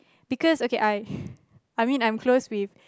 because okay I I mean I'm close with